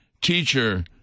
Teacher